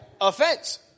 Offense